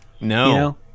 No